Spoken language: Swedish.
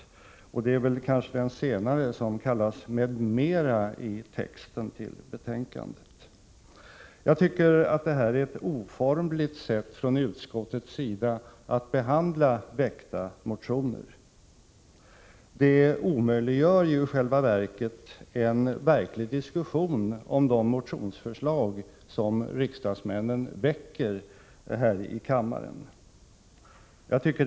Den sistnämnda frågan är kanske den som längre fram i texten kallas ”m.m.”. Jag tycker att detta är ett oformligt sätt att behandla väckta motioner på. Det omöjliggör i själva verket en reell diskussion här i kammaren om de motioner som riksdagsledamöterna väcker.